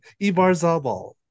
Ibarzabal